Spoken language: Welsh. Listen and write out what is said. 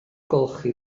golchi